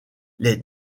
les